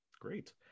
Great